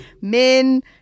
men